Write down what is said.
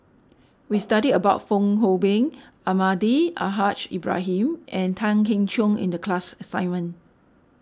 we studied about Fong Hoe Beng Almahdi Al Haj Ibrahim and Tan Keong Choon in the class assignment